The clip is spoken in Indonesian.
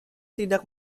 tidak